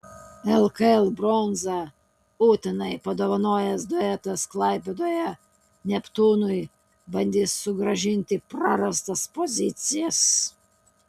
lkl bronzą utenai padovanojęs duetas klaipėdoje neptūnui bandys sugrąžinti prarastas pozicijas